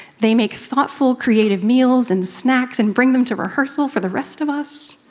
they make thoughtful creative meals and snacks and bring them to rehearsal for the rest of us.